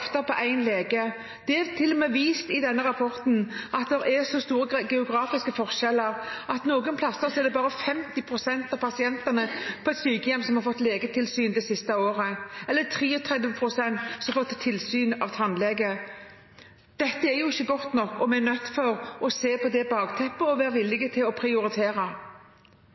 lege. Det er til og med vist i denne rapporten at det er store geografiske forskjeller. Noen steder er det bare 50 pst. av pasientene på sykehjemmet som har fått legetilsyn det siste året, eller 33 pst. som har fått tilsyn av tannlege. Dette er ikke godt nok. Vi er nødt til å se på det bakteppet og være villig til å prioritere.